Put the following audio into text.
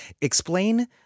Explain